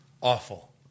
Awful